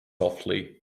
softly